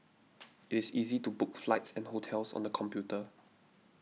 it is easy to book flights and hotels on the computer